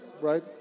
right